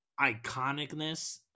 iconicness